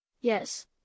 Yes